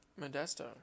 Modesto